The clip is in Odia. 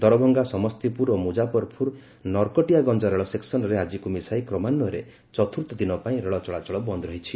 ଦରଭଙ୍ଗା ସମସ୍ତିପୁର ଓ ମୁଜାଫରପୁର ନରକଟିଆଗଞ୍ଜ ରେଳ ସେକ୍ସନ୍ରେ ଆଜିକୁ ମିଶାଇ କ୍ରମାନ୍ଧୟରେ ଚତୁର୍ଥ ଦିନ ପାଇଁ ରେଳ ଚଳାଚଳ ବନ୍ଦ ରହିଛି